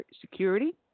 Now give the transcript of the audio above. security